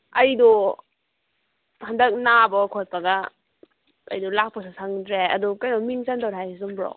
ꯑꯩꯗꯣ ꯍꯟꯗꯛ ꯅꯥꯕꯒ ꯈꯣꯠꯄꯒ ꯀꯩꯅꯣ ꯂꯥꯛꯄꯁꯨ ꯁꯪꯗ꯭ꯔꯦ ꯑꯗꯣ ꯀꯩꯅꯣ ꯃꯤꯡ ꯆꯟꯗꯣꯔꯦ ꯍꯥꯏꯔꯤꯁꯦ ꯆꯨꯝꯕ꯭ꯔꯣ